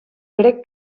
crec